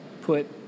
put